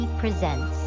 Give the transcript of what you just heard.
presents